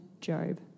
Job